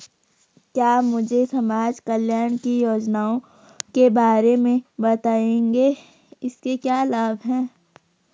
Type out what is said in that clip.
क्या मुझे समाज कल्याण की योजनाओं के बारे में बताएँगे इसके क्या लाभ हैं?